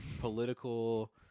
political